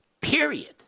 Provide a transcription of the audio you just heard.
Period